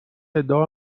ادعا